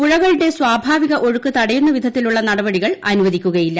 പുഴകളുടെ സ്വഭാവിക ഒഴുക്ക് തടയുന്ന വിധത്തിലുള്ള നടപടികൾ അനുവദിക്കുകയില്ല